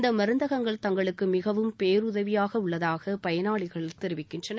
இந்தமருந்தகங்கள் தங்களுக்குமிகவும் பேருதவியாகஉள்ளதாகபயனாளிகள் தெரிவிக்கின்றனர்